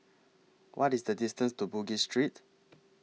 What IS The distance to Bugis Street